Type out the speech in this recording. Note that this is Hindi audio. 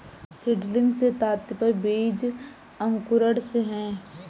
सीडलिंग से तात्पर्य बीज अंकुरण से है